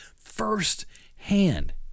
firsthand